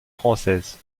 française